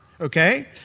okay